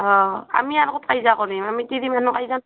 অঁ আমি আৰু ক'ত কজিয়া কৰিম আমি তিৰি মানুহ কাজিযা